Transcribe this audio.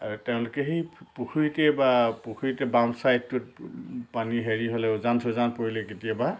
আৰু তেওঁলোকে সেই পুখুৰীতে বা পুখুৰীতে বাওঁ ছাইডটোত পানী হেৰি হ'লে উজান চুজান কেতিয়াবা